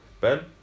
Ben